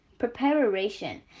Preparation